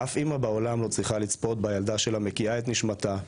אף אמא בעולם לא צריכה לצפות בילדה שלה מקיאה את נשמתה,